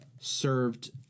served